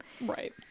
right